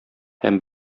һәм